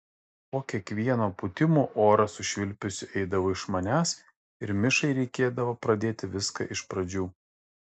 po kiekvieno pūtimo oras su švilpesiu eidavo iš manęs ir mišai reikėdavo pradėti viską iš pradžių